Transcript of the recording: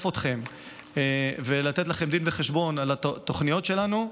אתכם ולתת לכם דין וחשבון על התוכניות שלנו,